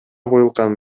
коюлган